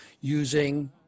using